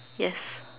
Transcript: yes